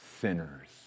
sinners